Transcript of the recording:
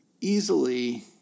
easily